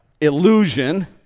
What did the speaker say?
Illusion